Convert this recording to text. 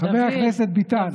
חבר הכנסת ביטן,